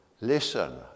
Listen